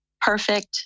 perfect